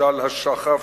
"משל השחף",